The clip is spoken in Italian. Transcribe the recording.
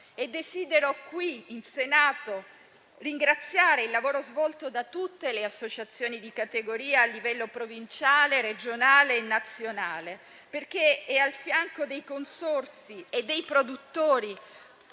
Desidero qui, in Senato, esprimere un ringraziamento per il lavoro svolto da tutte le associazioni di categoria, a livello provinciale, regionale e nazionale, perché è a fianco dei consorzi e dei produttori